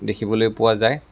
দেখিবলৈ পোৱা যায়